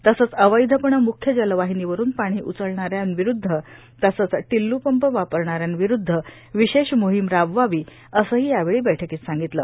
तसंच अवैधपणे मुख्य जलवाहिनीवरुन पाणी उचलणाऱ्या विरुद्ध तसंच टिल्लूपंप वापरणाऱ्या विरुद्ध विशेष मोहीम राबवावी असेही यावेळी बैठकीत सांगितले